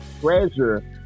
treasure